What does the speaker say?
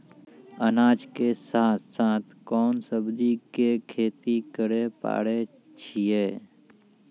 अनाज के साथ साथ कोंन सब्जी के खेती करे पारे छियै?